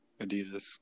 Adidas